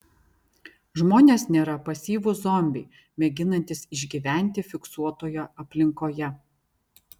žmonės nėra pasyvūs zombiai mėginantys išgyventi fiksuotoje aplinkoje